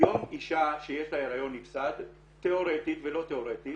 היום אישה שיש לה הריון נפסד תיאורטית ולא תיאורטית